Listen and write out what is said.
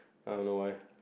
I don't know why